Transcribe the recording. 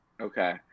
Okay